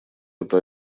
это